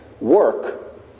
work